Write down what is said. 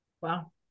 Wow